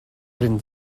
bryn